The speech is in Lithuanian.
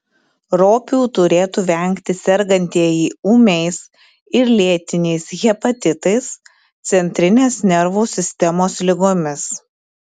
ropių turėtų vengti sergantieji ūmiais ir lėtiniais hepatitais centrinės nervų sistemos ligomis